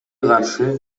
каршы